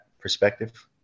perspective